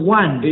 one